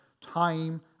time